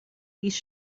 these